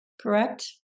correct